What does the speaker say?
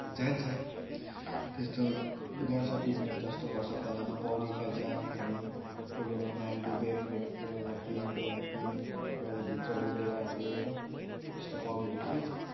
जान्छ त्यस्तो गर्छ पिकनिक जस्तो गर्छ खोलामा पौडी खेल्छ हामी कोही बेला नाक डुबे कोही बेला के कोही बेला के कोही बेला भित्र डुबेर हरे हो त्यस्तो पौडीहरू खेल्छ